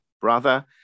brother